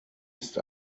ist